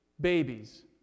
Babies